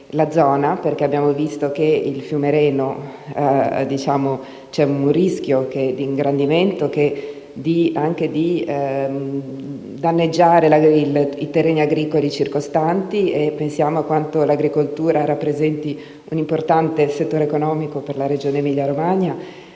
la zona perché abbiamo visto che il fiume Reno è a rischio ingrossamento e pertanto potrebbe danneggiare i terreni agricoli circostanti. Sappiamo che l'agricoltura rappresenta un importante settore economico per la Regione Emilia-Romagna.